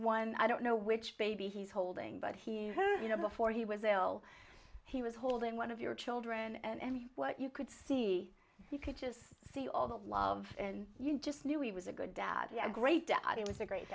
one i don't know which baby he's holding but he you know before he was ill he was holding one of your children and what you could see you could just see all the love and you just knew he was a good daddy a great audience a great